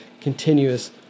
continuous